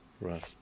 Right